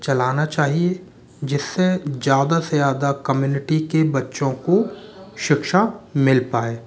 चलाना चाहिए जिससे ज़्यादा से ज़्यादा कम्युनिटी के बच्चों को शिक्षा मिल पाए